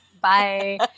Bye